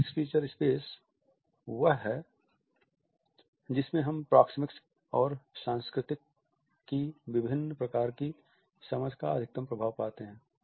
semi fixed feature space वह है जिसमें हम प्रॉक्सिमिक्स और संस्कृति की विभिन्न प्रकार की समझ का अधिकतम प्रभाव पाते हैं